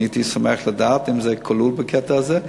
אני הייתי שמח לדעת אם זה כלול בקטע הזה,